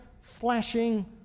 flashing